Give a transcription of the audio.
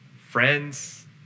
friends